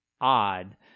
odd